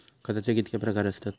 खताचे कितके प्रकार असतत?